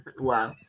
Wow